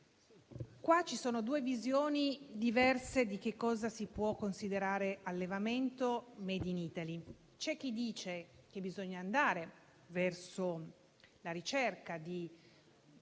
ci sono due visioni diverse di cosa si può considerare allevamento *made in Italy*. C'è chi dice che bisogna andare verso la ricerca di